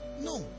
No